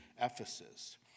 Ephesus